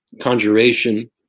Conjuration